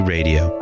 Radio